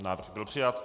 Návrh byl přijat.